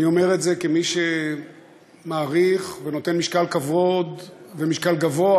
אני אומר את זה כמי שמעריך ונותן כבוד ומשקל גבוה